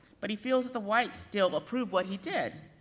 but he feels that the whites still approve what he did.